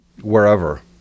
wherever